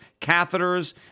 catheters